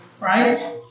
Right